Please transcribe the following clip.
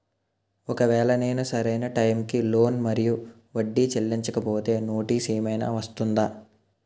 ఒకవేళ నేను సరి అయినా టైం కి లోన్ మరియు వడ్డీ చెల్లించకపోతే నోటీసు ఏమైనా వస్తుందా?